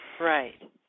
right